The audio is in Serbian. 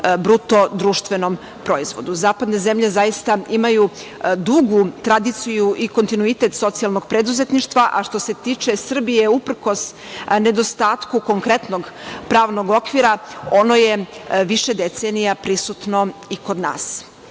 bruto društvenom proizvodu. Zapadne zemlje zaista imaju dugu tradiciju i kontinuitet socijalnog preduzetništva, a što se tiče Srbije uprkos nedostatku konkretnog pravnog okvira ono je više decenija prisutno i kod nas.